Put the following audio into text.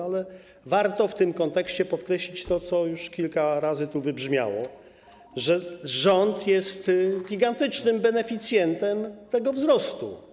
Ale warto w tym kontekście podkreślić to, co już kilka razy tu wybrzmiało: rząd jest gigantycznym beneficjentem tego wzrostu.